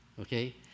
okay